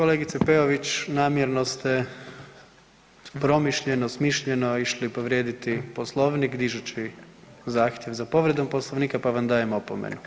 Kolegice Peović, namjerno ste promišljeno, smišljano išli povrijediti Poslovnik dižući zahtjev za povredom Poslovnika, pa vam dajem opomenu.